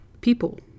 people